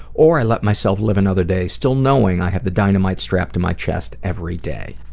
or i let myself live another day still knowing i have the dynamite strapped to my chest every day.